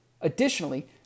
Additionally